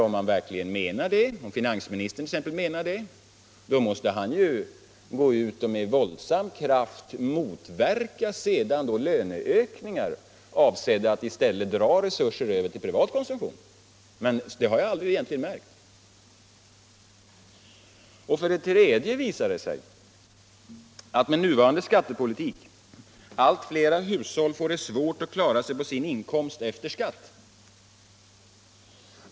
Om t.ex. finansministern menar det, måste han ju sedan gå ut och med våldsam kraft motverka löneökningar, avsedda att i stället dra resurser över till privat konsumtion. Men det har jag egentligen aldrig märkt. För det tredje visar det sig att med nuvarande skattepolitik allt flera hushåll får det svårt att klara sig på sin inkomst efter skatt.